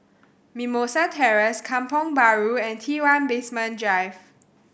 Mimosa Terrace Kampong Bahru and T One Basement Drive